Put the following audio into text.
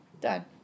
Done